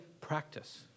practice